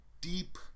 deep